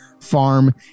farm